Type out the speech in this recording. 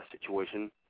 situation